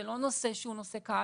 זה לא נושא שהוא נושא קל.